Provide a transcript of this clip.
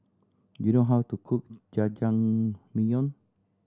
do you know how to cook Jajangmyeon